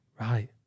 Right